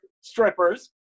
strippers